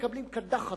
מקבלים קדחת,